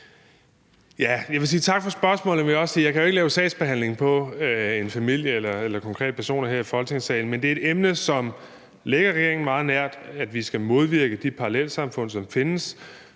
vil også sige, at jeg jo ikke kan lave sagsbehandling på en familie eller konkrete personer her i Folketingssalen. Men det er et emne, som ligger regeringen meget nært, at vi skal modvirke de parallelsamfund, som findes